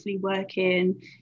working